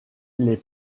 les